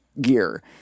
gear